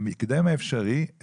בהקדם האפשרי,